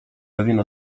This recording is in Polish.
pewien